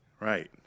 Right